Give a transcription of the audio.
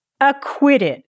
acquitted